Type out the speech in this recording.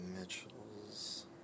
Mitchells